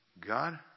God